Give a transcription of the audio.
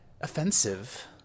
offensive